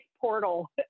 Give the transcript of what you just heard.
portal